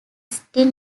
still